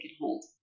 hold